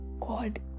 God